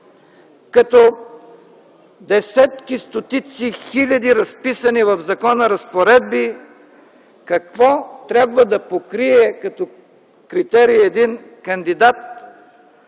като десетки, стотици, хиляди разписани в закона разпоредби какво трябва да покрие като критерии един кандидат